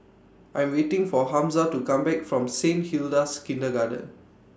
I'm waiting For Hamza to Come Back from Saint Hilda's Kindergarten